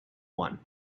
one